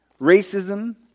racism